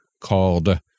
called